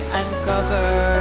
uncover